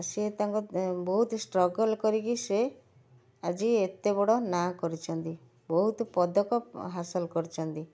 ସେ ତାଙ୍କ ବହୁତ୍ ଷ୍ଟ୍ରଗଲ୍ କରିକି ସେ ଆଜି ଏତେବଡ଼ ନାଁ କରିଛନ୍ତି ବହୁତ୍ ପଦକ ହାସଲ କରିଛନ୍ତି